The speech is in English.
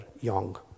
young